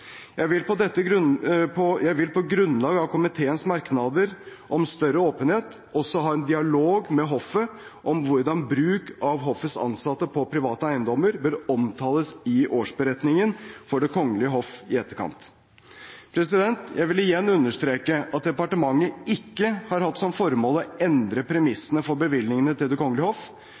Jeg vil på grunnlag av komiteens merknader om større åpenhet også ha en dialog med hoffet om hvordan bruk av hoffets ansatte på private eiendommer bør omtales i årsberetningen for Det kongelige hoff i etterkant. Jeg vil igjen understreke at departementet ikke har hatt som formål å endre premissene for bevilgningene til Det kongelige hoff.